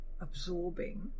absorbing